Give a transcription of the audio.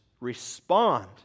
respond